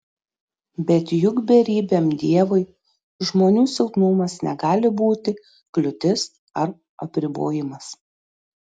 bet juk beribiam dievui žmonių silpnumas negali būti kliūtis ar apribojimas